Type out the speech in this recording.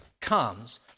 comes